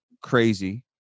crazy